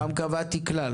פעם קבעתי כלל,